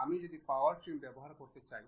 আমি যদি power trim ব্যবহার করতে চাই